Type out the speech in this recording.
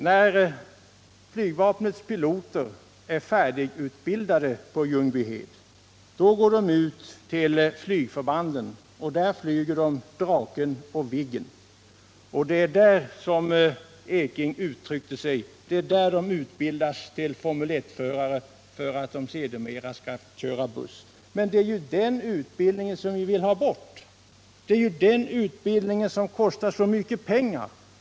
När flygvapnets piloter är färdigutbildade på Ljungbyhed går de ut till flygförbanden och där flyger de Draken och Viggen. Det är där de, som herr Ekinge uttryckte det, utbildas till Formel 1-förare för att sedermera köra buss. Men det är ju den delen av utbildningen som vi vill ha bort, och det är den som kostar så mycket pengar.